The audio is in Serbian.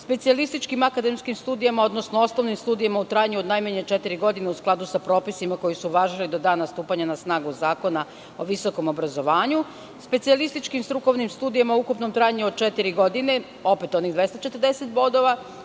specijalističkim akademskim studijama, odnosno osnovnim studijama u trajanju od najmanje četiri godine u skladu sa propisima koji su važili do dana stupanja na snagu Zakona o visokom obrazovanju, specijalističkim strukovnim studijama u ukupnom trajanju od četiri godine, opet onih 240 bodova,